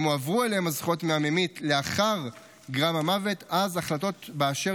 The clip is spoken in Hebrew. אם הועברו אליהם הזכויות מהממית לאחר גרם המוות אז ההחלטות באשר